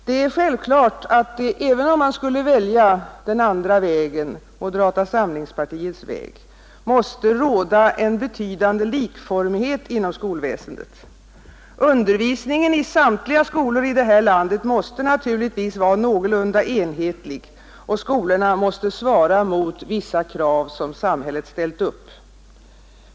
Det är självklart att det — även om man skulle välja den andra vägen, moderata samlingspartiets väg — måste råda en betydande likformighet inom skolväsendet. Undervisningen i samtliga skolor i landet måste vara någorlunda enhetlig, och skolorna måste svara mot vissa krav som samhället ställt upp.